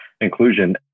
inclusion